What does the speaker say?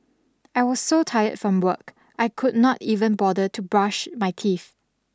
I was so tired from work I could not even bother to brush my teeth